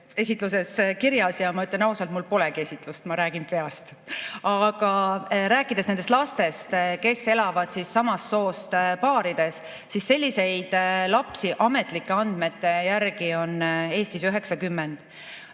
esitluses kirjas ja ma ütlen ausalt, et mul polegi esitlust, ma räägin peast. Aga kui rääkida nendest lastest, kes elavad samast soost paaride juures, siis selliseid lapsi ametlike andmete järgi on Eestis 90.